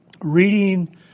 reading